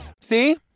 See